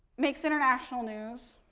makes international news.